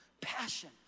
Passion